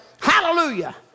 Hallelujah